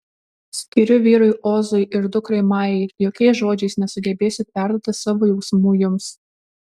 skiriu vyrui ozui ir dukrai majai jokiais žodžiais nesugebėsiu perduoti savo jausmų jums